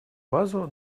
базу